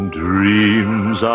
dreams